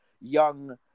young